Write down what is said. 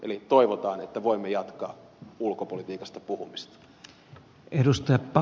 eli toivotaan että voimme jatkaa ulkopolitiikasta puhumista